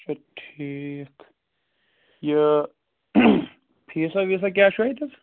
اچھا ٹھیٖک یہِ فیٖسا ویٖسا کیاہ چھُ اَتیتھ